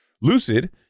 Lucid